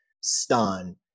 stunned